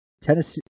Tennessee